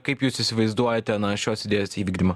kaip jūs įsivaizduojate šios idėjos įvykdymą